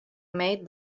made